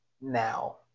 now